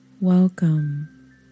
welcome